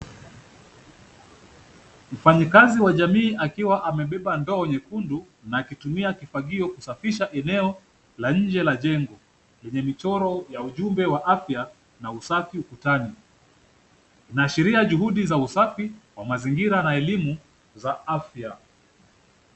Mfanyikazi wa jamii akiwa amebeba ndoo nyekundu na akitumia kifagio kusafisha eneo la nje la jengo yenye michoro ya ujumbe wa afya na usafi ukutani. Inaashiria juhudi za usafi wa mazingira na elimu za afya.